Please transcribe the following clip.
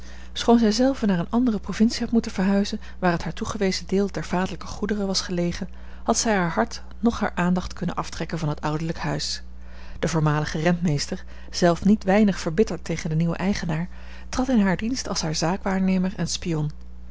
schoon zij zelve naar eene andere provincie had moeten verhuizen waar het haar toegewezen deel der vaderlijke goederen was gelegen had zij haar hart noch haar aandacht kunnen aftrekken van het ouderlijk huis de voormalige rentmeester zelf niet weinig verbitterd tegen den nieuwen eigenaar trad in haar dienst als haar zaakwaarnemer en